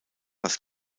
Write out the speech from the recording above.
das